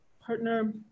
partner